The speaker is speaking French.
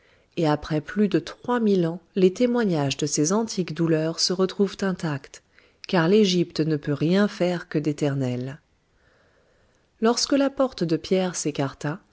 et après plus de trois mille ans les témoignages de ces antiques douleurs se retrouvent intacts car l'égypte ne peut rien faire que d'éternel lorsque la porte de pierre s'écarta